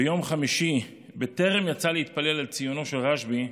ביום חמישי, בטרם יצא להתפלל על ציונו של רשב"י,